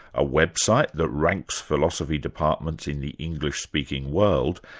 a website that ranks philosophy departments in the english-speaking world,